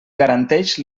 garanteix